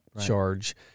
charge